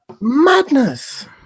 Madness